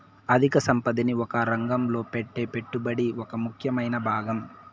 అధిక సంపదని ఒకే రంగంలో పెట్టే పెట్టుబడి ఒక ముఖ్యమైన భాగం